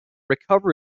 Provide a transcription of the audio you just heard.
recover